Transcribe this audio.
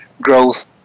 growth